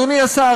אדוני השר,